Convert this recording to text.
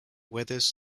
weathers